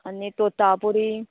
आनी तोता पुरी